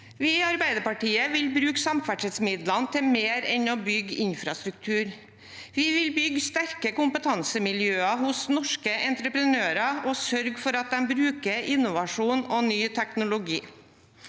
Vi i Arbeiderpartiet vil bruke samferdselsmidlene til mer enn å bygge infrastruktur. Vi vil bygge sterke kompetansemiljøer hos norske entreprenører og sørge for at de bruker innovasjon og ny teknologi.